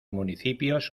municipios